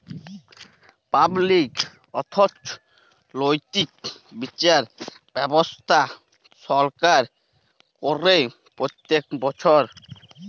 public অথ্থলৈতিক বিচার ব্যবস্থা ছরকার ক্যরে প্যত্তেক বচ্ছর